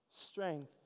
strength